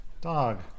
Dog